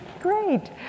Great